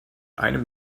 einem